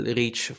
reach